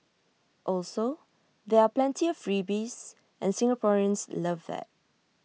also there are plenty of freebies and Singaporeans love that